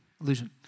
illusion